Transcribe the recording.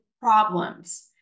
problems